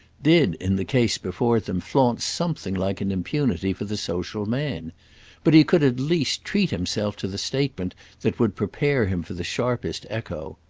did in the case before them flaunt something like an impunity for the social man but he could at least treat himself to the statement that would prepare him for the sharpest echo.